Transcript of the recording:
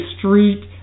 street